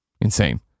Insane